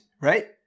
right